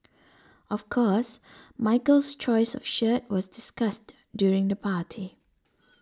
of course Michael's choice of shirt was discussed during the party